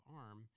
arm